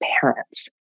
parents